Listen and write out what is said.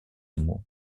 ему